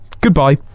goodbye